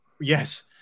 Yes